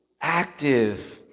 active